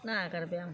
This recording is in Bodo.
नागारबाय आं